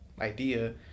idea